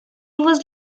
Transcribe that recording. was